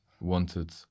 wanted